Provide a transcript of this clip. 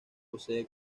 posee